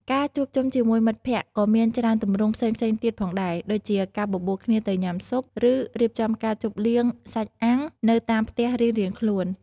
ការជួបជុំជាមួយមិត្តភក្តិក៏មានច្រើនទម្រង់ផ្សេងៗទៀតផងដែរ ដូចជាការបបួលគ្នាទៅញ៉ាំស៊ុប ឬរៀបចំការជប់លៀងសាច់អាំងនៅតាមផ្ទះរៀងៗខ្លួន។